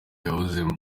yahozemo